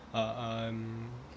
uh um